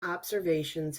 observations